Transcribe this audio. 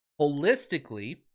Holistically